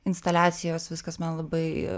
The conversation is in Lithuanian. instaliacijos viskas man labai